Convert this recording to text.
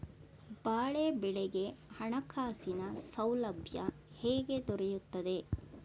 ಬಾಳೆ ಬೆಳೆಗೆ ಹಣಕಾಸಿನ ಸೌಲಭ್ಯ ಹೇಗೆ ದೊರೆಯುತ್ತದೆ?